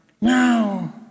Now